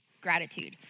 gratitude